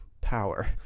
power